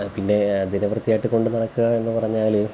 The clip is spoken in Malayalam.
പിന്നെ ദിനവൃത്തി ആയിട്ട് കൊണ്ട് നടക്കുക എന്നുപറഞ്ഞാല്